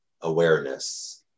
awareness